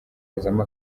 hazamo